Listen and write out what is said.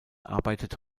arbeitet